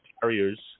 carriers